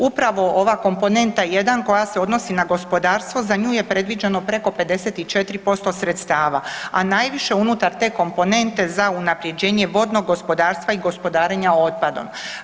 Upravo ova komponenta jedan koja se odnosi na gospodarstvo za nju je predviđeno preko 54% sredstava, a najviše unutar te komponente za unapređenje vodnog gospodarstva i gospodarenja otpadom.